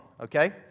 okay